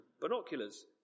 binoculars